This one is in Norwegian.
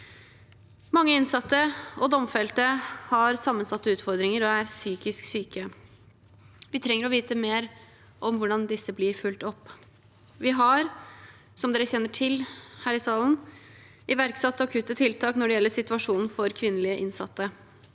Mange innsatte og domfelte har sammensatte utfordringer og er psykisk syke. Vi trenger å vite mer om hvordan disse blir fulgt opp. Vi har, som dere kjenner til her i salen, iverksatt akutte tiltak når det gjelder situasjonen for kvinnelige innsatte.